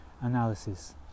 analysis